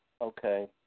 Okay